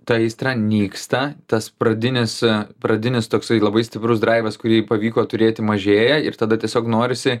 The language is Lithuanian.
ta aistra nyksta tas pradinėse pradinis toksai labai stiprus draivas kurį pavyko turėti mažėja ir tada tiesiog norisi